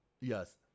Yes